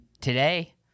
today